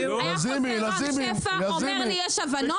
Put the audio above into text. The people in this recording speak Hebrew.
היה רוצה רם שפע אומר לי יש הבנות,